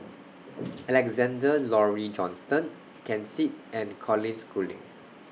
Alexander Laurie Johnston Ken Seet and Colin Schooling